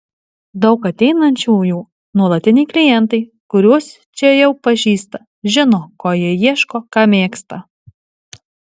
daug ateinančiųjų nuolatiniai klientai kuriuos čia jau pažįsta žino ko jie ieško ką mėgsta